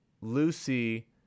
Lucy